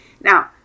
Now